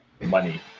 Money